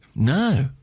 No